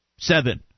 Seven